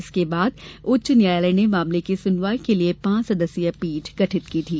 इसके बाद उच्च न्यायालय ने मामले की सुनवाई के लिये पांच सदस्यीय पीठ गठित की थी